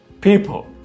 people